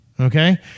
Okay